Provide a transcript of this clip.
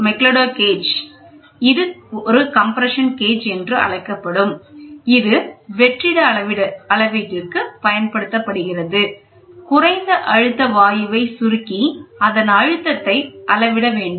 McLeod gauge இது compression gauge என்றும் அழைக்கப்படும் இது வெற்றிட அளவீட்டுற்கு பயன்படுத்தப்படுகிறது குறைந்த அழுத்த வாயுவை சுருக்கி அதன் அழுத்தத்தை அளவிட வேண்டும்